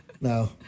No